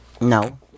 No